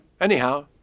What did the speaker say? Anyhow